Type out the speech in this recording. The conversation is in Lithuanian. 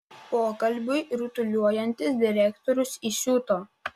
pokalbiui rutuliojantis direktorius įsiuto